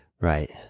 right